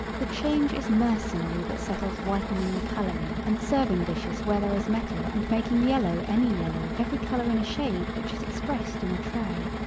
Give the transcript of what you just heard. the change is mercenary that settles whitening the coloring and serving dishes where there is metal and making yellow any yellow every color in a shade which is expressed in a tray.